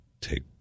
take